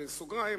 בסוגריים,